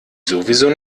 sowieso